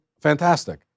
Fantastic